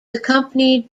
accompanied